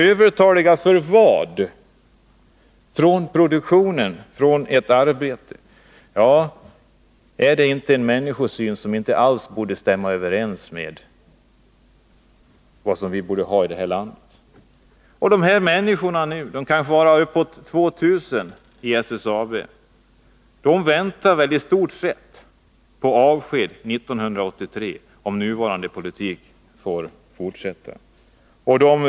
Övertaliga när det gäller vad? När det gäller produktionen eller ett arbete? Är inte detta en människosyn, som inte alls stämmer överens med den som vi bör ha i det här landet? De här människorna, det kan vara uppemot 2 000 i SSAB, väntar väl i stort sett på avsked 1983, om den nuvarande politiken får fortsätta.